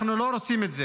אנחנו לא רוצים את זה.